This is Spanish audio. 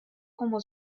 como